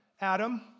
Adam